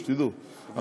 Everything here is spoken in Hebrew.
שתדעו,